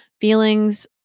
feelings